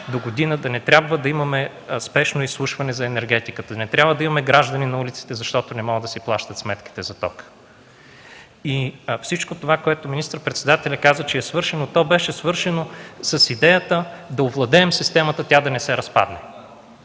догодина да не трябва да имаме спешно изслушване за енергетиката, не трябва да имаме граждани на улиците, защото не могат да си плащат сметките за тока! Всичко това, което министър-председателят каза, че е свършено – то беше свършено с идеята да овладеем системата, тя да не се разпадне,